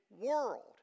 world